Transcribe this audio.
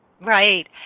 Right